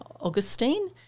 Augustine